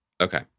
Okay